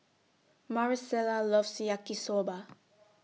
Maricela loves Yaki Soba